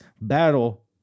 battle